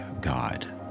God